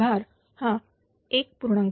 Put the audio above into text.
भार हा 1